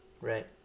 Right